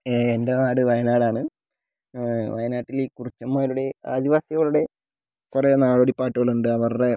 ഏ എൻറ്റെ നാട് വയനാടാണ് വയനാട്ടിൽ ഈ കുറിച്ചന്മാരുടെ ആദിവാസികളുടെ കുറെ നാടോടിപ്പാട്ടുകളുണ്ട് അവരുടെ